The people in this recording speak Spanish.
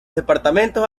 departamentos